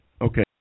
Okay